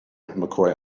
mccoy